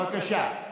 בבקשה.